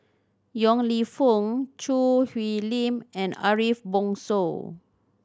Yong Lew Foong Choo Hwee Lim and Ariff Bongso